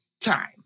time